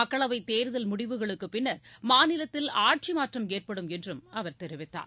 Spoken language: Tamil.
மக்களவைத் தேர்தல் முடிவுகளுக்கு பின்னர் மாநிலத்தில் ஆட்சி மாற்றம் ஏற்படும் என்றும் அவர் தெரிவித்தார்